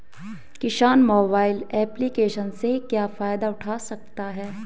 किसान mobile application से क्या फायदा उठा सकता है?